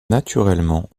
naturellement